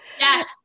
Yes